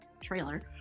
trailer